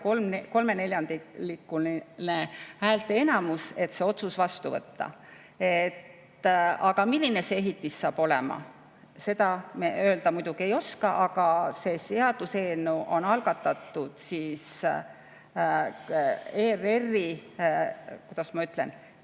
kolmeneljandikuline häälteenamus, et see otsus vastu võtta. Aga milline see ehitis saab olema, seda me öelda ei oska. See seaduseelnõu on algatatud ERR-i … Kuidas ma ütlen?